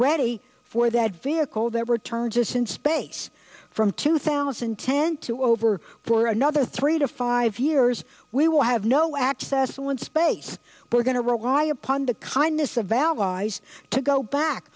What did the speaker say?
ready for that vehicle that return just in space from two thousand and ten to over for another three to five years we will have no access to one space we're going to rely upon the kindness of valid eyes to go back